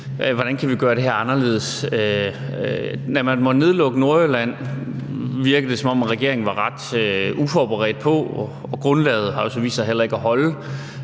hvordan vi kan gøre det her anderledes. Da man måtte nedlukke Nordjylland, virkede det, som om regeringen var ret uforberedt på det, og grundlaget har så vist sig ikke at holde.